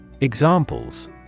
Examples